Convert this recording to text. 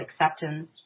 acceptance